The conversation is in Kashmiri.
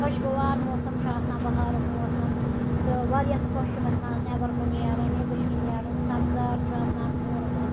خۄشگوار موسَم چھُ آسان بَہارُک موسَم تہٕ واریاہ خۄش چھُ گَژھان نیٚبَر کُن نیرُن نیٚبٔرۍ کِنۍ نیرُن سَبزار چھُ آسان پھیوٗرمُت